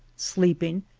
sleeping,